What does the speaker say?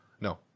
No